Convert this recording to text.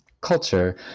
culture